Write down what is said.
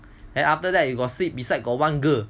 then after that you sleep beside got one girl